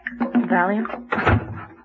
Valium